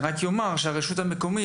אני רק אומר שהרשות המקומית,